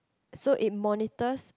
so it monitors